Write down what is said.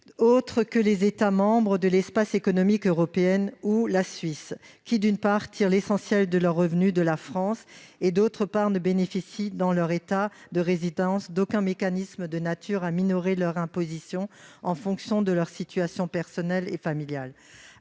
autres que les États membres de l'Espace économique européen ou la Suisse, qui, d'une part, tirent l'essentiel de leurs revenus de la France et, d'autre part, ne bénéficient dans leur État de résidence d'aucun mécanisme de nature à minorer leur imposition en fonction de leur situation personnelle et familiale.